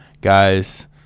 guys